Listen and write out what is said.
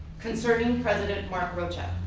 concerning president mark rocha.